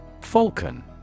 Falcon